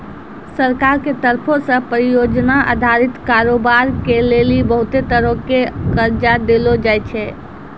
सरकार के तरफो से परियोजना अधारित कारोबार के लेली बहुते तरहो के कर्जा देलो जाय छै